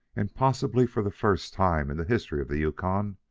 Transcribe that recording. and possibly for the first time in the history of the yukon,